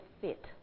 fit